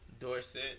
Dorset